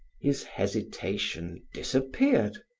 his hesitation disappeared.